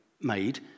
made